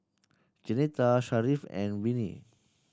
Jeanetta Sharif and Vinie